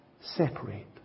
separate